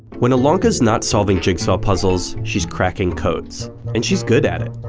when elonka's not solving jigsaw puzzles, she's cracking codes and she's good at it.